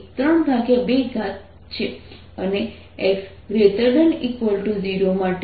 જે D 14π0 qdq1d 1y2z2d232 છે